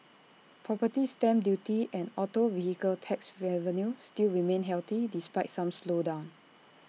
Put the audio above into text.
property stamp duty and auto vehicle tax revenue still remain healthy despite some slowdown